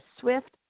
swift